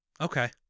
Okay